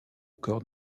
corps